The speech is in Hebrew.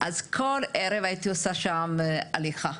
אז כל ערב הייתי עושה שם הליכה.